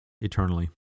eternally